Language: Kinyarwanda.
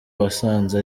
wasanze